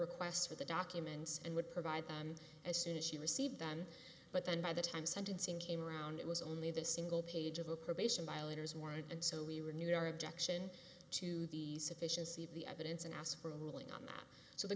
request for the documents and would provide them as soon as she received them but then by the time sentencing came around it was only the single page of a probation violators warrant and so we renewed our objection to the sufficiency of the evidence and asked for a ruling on that so the